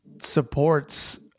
supports